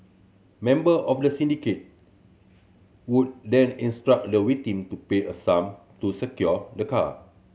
member of the syndicate would then instruct the victim to pay a sum to secure the car